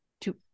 two